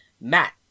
Matt